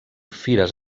fires